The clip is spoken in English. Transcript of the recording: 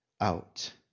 out